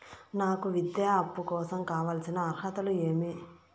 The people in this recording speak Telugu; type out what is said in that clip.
నాకు విద్యా అప్పు కోసం కావాల్సిన అర్హతలు ఏమి?